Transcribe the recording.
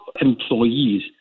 employees